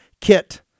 kit